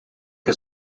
che